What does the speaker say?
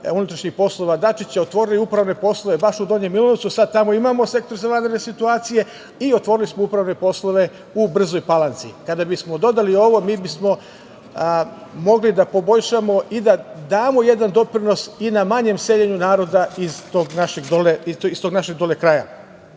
unutrašnjih poslova Dačića otvorili upravne poslove baš u Donjem Milanovcu i sada tamo imamo Sektor za vanredne situacije i otvorili smo upravne poslove u Brzoj Palanci. Kada bismo dodali i ovo, mi bismo mogli da poboljšamo i da damo jedan doprinos i na manjem seljenju naroda iz tog našeg kraja. Na